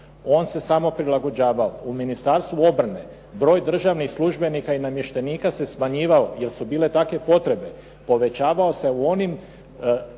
On se samo prilagođavao. U Ministarstvu obrane broj državnih službenika i namještenika se smanjivao jer su bile takve potrebe. Povećavao se u onim